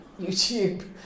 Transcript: YouTube